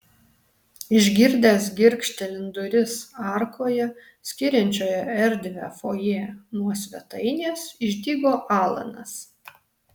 išgirdęs girgžtelint duris arkoje skiriančioje erdvią fojė nuo svetainės išdygo alanas